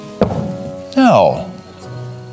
no